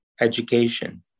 education